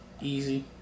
easy